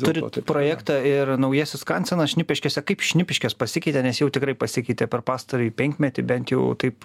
turit projektą ir naujasis kansenas šnipiškėse kaip šnipiškės pasikeitė nes jau tikrai pasikeitė per pastarąjį penkmetį bent jau taip